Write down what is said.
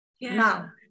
now